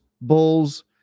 Bulls